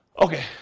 Okay